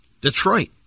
Detroit